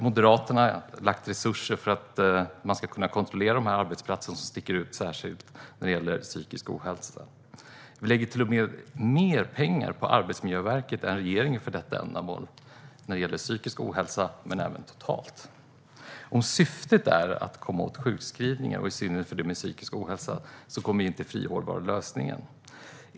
Moderaterna har lagt resurser på att man ska kunna kontrollera de arbetsplatser som sticker ut särskilt när det gäller psykisk ohälsa. Vi lägger till och med mer pengar på Arbetsmiljöverket än regeringen för detta ändamål när det gäller psykisk ohälsa men även totalt. Om syftet är att komma åt sjukskrivningar, i synnerhet för sjukskrivningar på grund av psykisk ohälsa, kommer ett friår inte att vara lösningen.